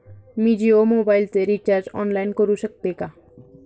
मी जियो मोबाइलचे recharge online करू शकते का?